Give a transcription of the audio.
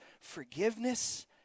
forgiveness